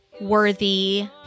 worthy